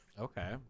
Okay